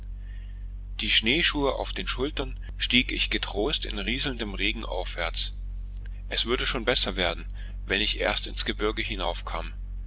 die schneeschuhe auf den schultern stieg ich getrost in rieselndem regen aufwärts es würde schon besser werden wenn ich erst ins gebirge hinaufkam